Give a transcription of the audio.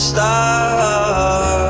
Star